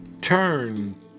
turn